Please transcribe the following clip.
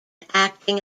acting